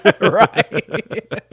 right